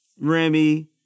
Remy